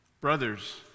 Brothers